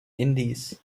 indies